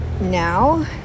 now